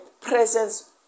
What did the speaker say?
presence